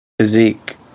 physique